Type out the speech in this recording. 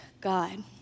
God